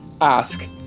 ask